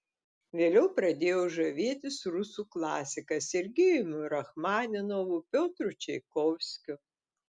vėliau pradėjau žavėtis rusų klasika sergejumi rachmaninovu piotru čaikovskiu